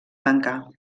tancar